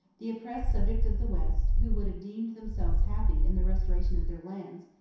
the oppressed subjects of the west, who would have deemed themselves happy in the restoration of their lands,